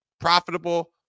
profitable